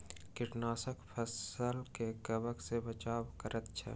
कवकनाशक फसील के कवक सॅ बचाव करैत अछि